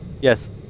Yes